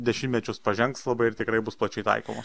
dešimtmečius pažengs labai ir tikrai bus plačiai taikomos